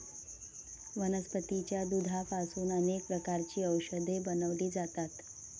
वनस्पतीच्या दुधापासून अनेक प्रकारची औषधे बनवली जातात